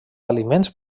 aliments